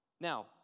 Now